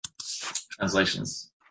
translations